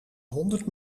honderd